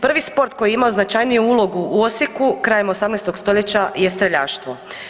Prvi sport koji je imao značajniju ulogu u Osijeku, krajem 18. st. je streljaštvo.